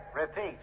Repeat